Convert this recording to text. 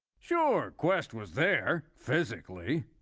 sure, quest was there physically.